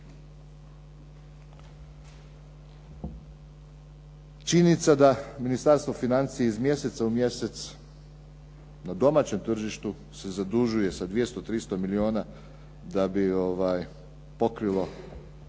Činjenica je da Ministarstvo financija iz mjeseca u mjesec na domaćem tržištu se zadužuje sa 200, 300 milijuna da bi pokrilo